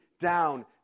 down